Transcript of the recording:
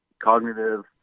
cognitive